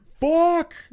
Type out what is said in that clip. Fuck